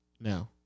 now